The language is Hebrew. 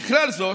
בכלל זאת,